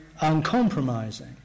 uncompromising